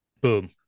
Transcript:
boom